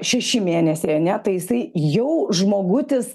šeši mėnesiai ane tai jisai jau žmogutis